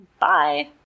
Bye